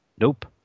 nope